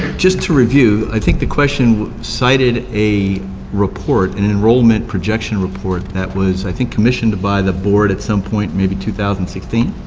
just to review, i think the question cited a report, an enrollment projection report, that was i think commissioned by the board at some point, maybe two thousand and sixteen.